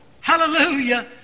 hallelujah